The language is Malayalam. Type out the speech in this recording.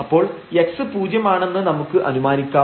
അപ്പോൾ x പൂജ്യം ആണെന്ന് നമുക്ക് അനുമാനിക്കാം